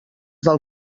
del